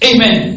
Amen